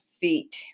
feet